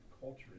culture